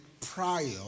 prior